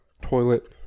toilet